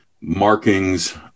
markings